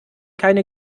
keine